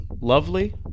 lovely